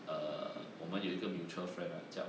uh 我们有一个 mutual friend right ah 叫